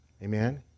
Amen